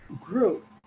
group